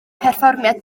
perfformiad